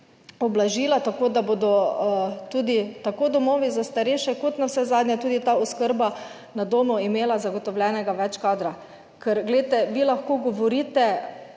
ublažila, tako da bodo tudi tako domovi za starejše, kot navsezadnje tudi ta oskrba na domu imela zagotovljenega več kadra. Ker glejte, vi lahko govorite